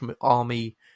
army